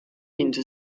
into